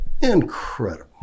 Incredible